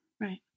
Right